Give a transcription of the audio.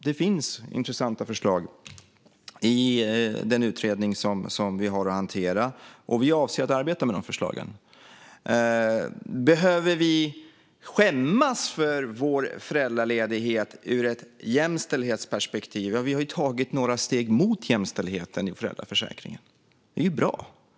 Det finns intressanta förslag i den utredning som vi har att hantera, och vi avser att arbeta med de förslagen. Behöver vi skämmas för vår föräldraledighet ur ett jämställdhetsperspektiv? Vi har tagit några steg mot jämställdhet i föräldraförsäkringen. Det är ju bra.